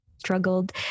struggled